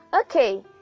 okay